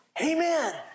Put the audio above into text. Amen